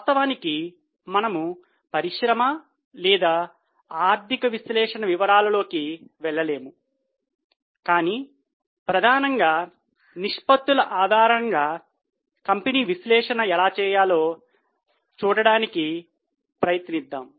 వాస్తవానికి మనము పరిశ్రమ లేదా ఆర్థిక విశ్లేషణ వివరాలలోకి వెళ్ళలేము కాని ప్రధానంగా నిష్పత్తుల ఆధారంగా కంపెనీ విశ్లేషణ ఎలా చేయాలో చూడటానికి ప్రయత్నిద్దాం